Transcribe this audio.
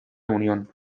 unión